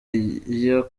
iyo